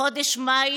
בחודש מאי